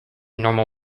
normal